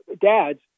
dads